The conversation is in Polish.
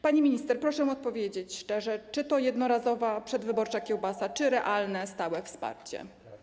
Pani minister, proszę odpowiedzieć szczerze: Czy to jednorazowa przedwyborcza kiełbasa, czy realne, stałe wsparcie?